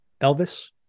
Elvis